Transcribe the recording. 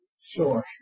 Sure